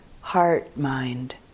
heart-mind